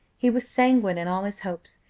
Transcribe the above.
he was sanguine in all his hopes,